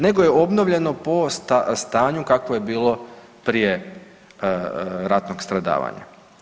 Nego je obnovljeno po stanju kakvo je bilo prije ratnog stradavanja.